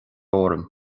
orm